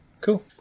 cool